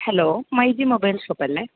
hello my G mobile ഷോപ്പല്ലേ